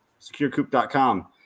securecoop.com